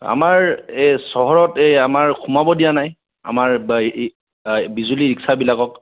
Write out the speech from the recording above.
আমাৰ এই চহৰত এই আমাৰ সোমাব দিয়া নাই আমাৰ বিজুলি ৰিক্সাবিলাকক